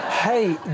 Hey